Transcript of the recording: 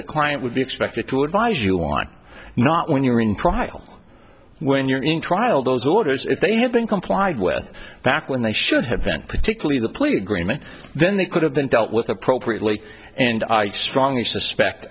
the client would be expected to advise you why not when you were in trial when you're in trial those orders if they have been complied with back when they should have been particularly the plea agreement then they could have been dealt with appropriately and i strongly suspect